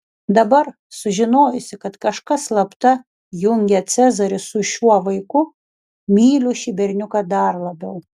dabar sužinojusi kad kažkas slapta jungia cezarį su šiuo vaiku myliu šį berniuką dar labiau